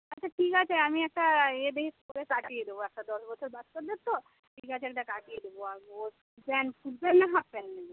আচ্ছা ঠিক আছে আমি একটা এ দিস করে কাটিয়ে দেবো একটা দশ বছর বাচ্চাদের তো ঠিক আছে একটা কাটিয়ে দেবো আর ও প্যান্ট ফুল প্যান্ট না হাফ প্যান্ট নেবেন